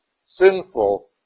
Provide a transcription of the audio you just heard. sinful